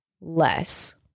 less